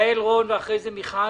יעל רון בן משה ואחריה מיכל